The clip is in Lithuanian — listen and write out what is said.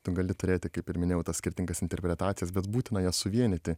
tu gali turėti kaip ir minėjau tas skirtingas interpretacijas bet būtina jas suvienyti